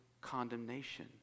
condemnation